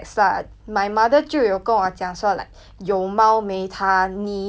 有猫没她你如果要养猫的话 you get out of the house